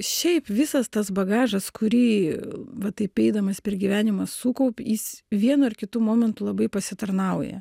šiaip visas tas bagažas kurį va taip eidamas per gyvenimą sukaupi jis vienu ar kitu momentu labai pasitarnauja